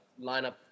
lineup